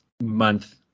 month